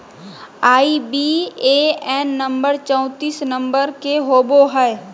IBAN number चौतीस अंक के होवो हय